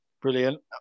Brilliant